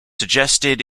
suggested